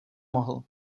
mohl